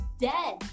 dead